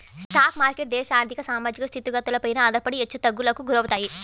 stock మార్కెట్లు దేశ ఆర్ధిక, సామాజిక స్థితిగతులపైన ఆధారపడి హెచ్చుతగ్గులకు గురవుతాయి